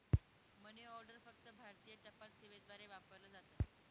मनी order फक्त भारतीय टपाल सेवेद्वारे वापरली जाते